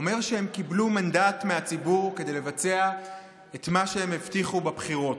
אומר שהם קיבלו מנדט מהציבור כדי לבצע את מה שהם הבטיחו בבחירות.